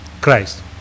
Christ